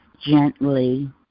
gently